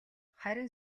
харин